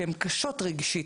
שהן קשות רגשית,